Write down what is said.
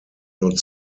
not